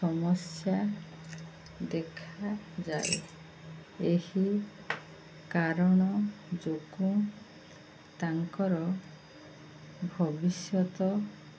ସମସ୍ୟା ଦେଖାଯାଏ ଏହି କାରଣ ଯୋଗୁଁ ତାଙ୍କର ଭବିଷ୍ୟତ